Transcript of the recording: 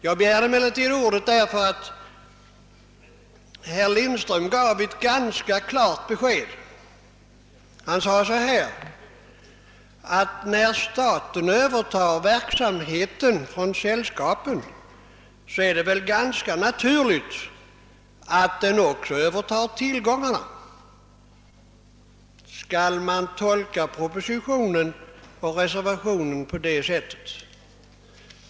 Jag begärde emellertid ordet därför att herr Lindström yttrade: När staten övertar verksamheten från sällskapen är det väl ganska naturligt att den också övertar tillgångarna. Skall man tolka propositionen och reservationen på det sättet?